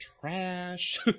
trash